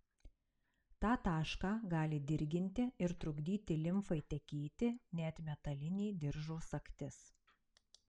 tą tašką gali dirginti ir trukdyti limfai tekėti net metalinė diržo sagtis